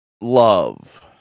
love